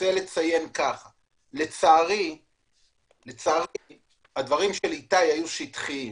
רוצה לציין שלצערי הדברים של איתי היו שטחיים.